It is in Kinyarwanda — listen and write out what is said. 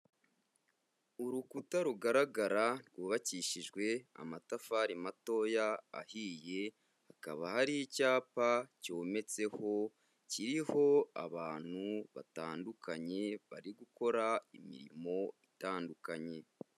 Urukuta rugaragara rwubakishijwe amatafari matoya ahiye, hakaba hari icyapa cyometseho kiriho abantu batandukanye, bari gukora imirimo itandukanye.